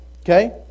Okay